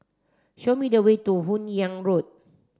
show me the way to Hun Yeang Road